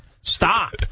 stop